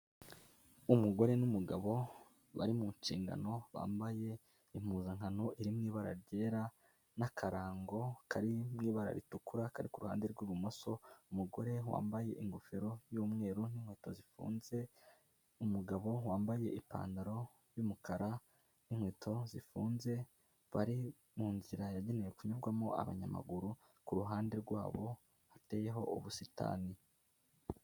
Umugore n'umugabo bari mu nshingano, bambaye impuzankano iri mw'ibara ryera n'akarango kari mw'ibara ritukura kari ku ruhande rw'ibumoso, umugore wambaye ingofero y'umweru n'inkweto zifunze, umugabo wambaye ipantaro y'umukara n'inkweto zifunze, bari munzira yagenewe kunyurwamo abanyamaguru, ku ruhande rwabo hateyeho ubusitani.